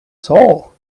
soul